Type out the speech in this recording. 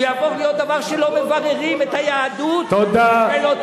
יהפוך להיות דבר שלא מבררים את היהדות של אותם,